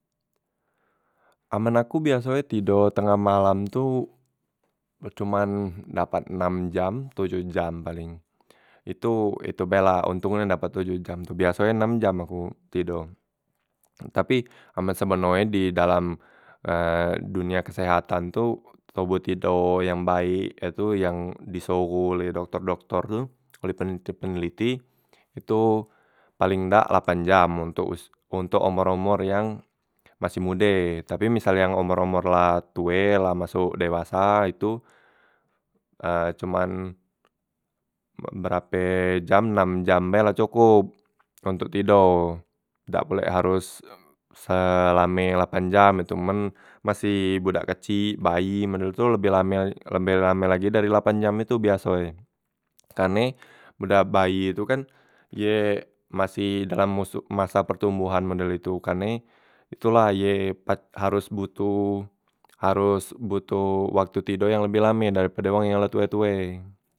Amen aku biaso e tido tengah malam tu cuman dapat nam jam tojoh jam paleng, itu itu be la ontong nian dapat tojoh jam tu biaso e nam jam aku tido, tapi amen sebeno e men di dalam dunia kesehatan tu toboh tido yang baek e tu yang disoroh oleh dokter- dokter tu oleh peneliti- peneliti itu paleng dak lapan jam ontok os ontok omor- omor yang masih mude, tapi misal yang omor- omor la tue la masok dewasa itu cuman be berape jam nam jam be la cokop ontok tido dak pulek haros selame lapan jam itu men masih budak kecik bayi men itu lebeh lame lebeh lame lagi dari lapan jam itu biaso e, karne budak bayi tu kan ye masih dalam moso masa pertombohan model itu, karne itu la ye pac haros botoh haros botoh waktu tido yang lebeh lame daripada wong yang la tue- tue.